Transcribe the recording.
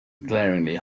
glaringly